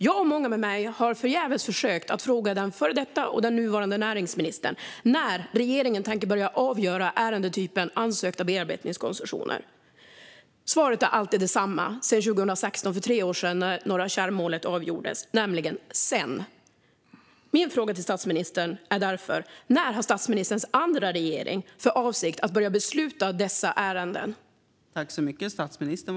Jag och många med mig har förgäves försökt att fråga den förra och den nuvarande näringsministern när regeringen tänker börja avgöra ärendetypen ansökta bearbetningskoncessioner. Svaret är alltid detsamma sedan 2016, då Norra Kärr-målet avgjordes: sedan. Min fråga till statsministern är därför: När har statsministerns andra regering för avsikt att börja besluta i dessa ärenden?